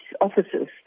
officers